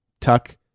tuck